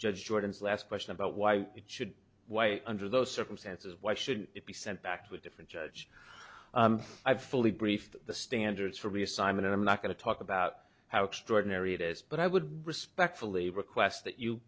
judge jordan's last question about why it should be why under those circumstances why should it be sent back to a different judge i've fully briefed the standards for reassignment i'm not going to talk about how extraordinary it is but i would respectfully request that you